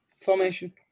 formation